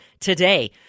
today